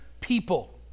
people